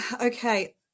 Okay